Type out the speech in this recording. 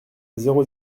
zéro